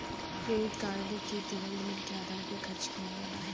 credit card में दिहल limit के आधार पर खर्च किहल जाला